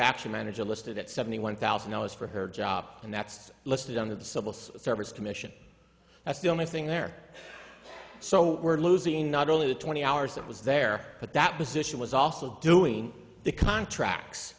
action manager listed at seventy one thousand dollars for her job and that's listed on the civil service commission that's the only thing there so we're losing not only the twenty hours that was there but that position was also doing the contracts